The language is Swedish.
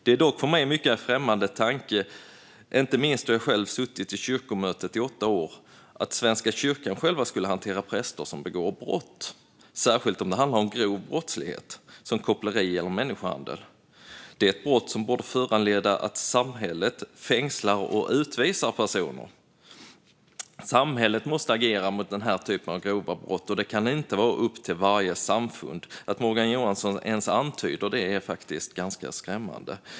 Det är dock för mig en mycket främmande tanke, inte minst då jag suttit i kyrkomötet i åtta år, att Svenska kyrkan själv skulle hantera präster som begår brott - särskilt om det handlar om grov brottslighet som koppleri eller människohandel. Det är brott som borde föranleda att samhället fängslar och utvisar personer. Samhället måste agera mot den här typen av grova brott, och det kan inte vara upp till varje samfund. Att Morgan Johansson ens antyder det är faktiskt ganska skrämmande.